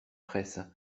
fraysse